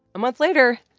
a month later,